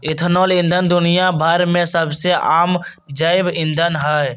ethanol ईंधन दुनिया भर में सबसे आम जैव ईंधन हई